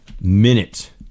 minute